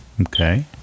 Okay